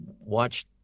watch